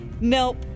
Nope